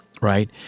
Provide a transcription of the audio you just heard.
right